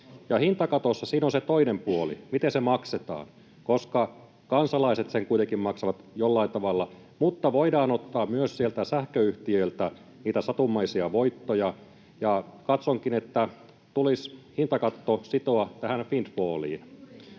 Hintakatossa on se toinen puoli, että miten se maksetaan, koska kansalaiset sen kuitenkin maksavat jollain tavalla, mutta voidaan ottaa myös sieltä sähköyhtiöiltä niitä satumaisia voittoja, ja katsonkin, että hintakatto tulisi sitoa tähän windfalliin.